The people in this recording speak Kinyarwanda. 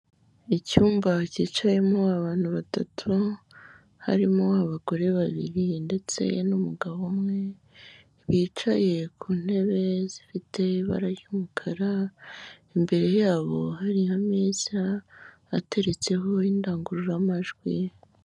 Icyumba cyicayemo abantu batatu harimo abagore babiri ndetse n'umugabo umwe, bicaye ku ntebe zifite ibara ry'umukara, imbere yabo hari ameza ateretseho indangururamajwi.